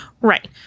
Right